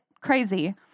crazy